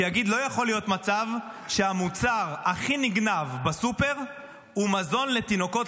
שיגיד: לא יכול להיות מצב שהמוצר הכי נגנב בסופר הוא מזון לתינוקות,